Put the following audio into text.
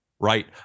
Right